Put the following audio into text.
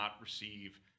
receive